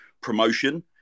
promotion